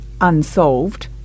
unsolved